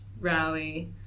rally